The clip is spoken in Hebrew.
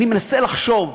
אני מנסה לחשוב,